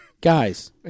Guys